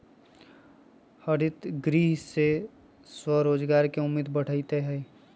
हरितगृह से स्वरोजगार के उम्मीद बढ़ते हई